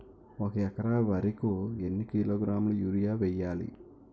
ఒక ఎకర వరి కు ఎన్ని కిలోగ్రాముల యూరియా వెయ్యాలి?